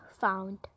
found